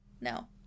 No